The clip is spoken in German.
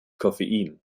koffein